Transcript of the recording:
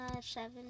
seven